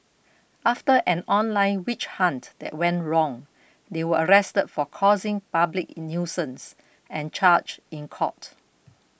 after an online witch hunt that went wrong they were arrested for causing public nuisance and charged in court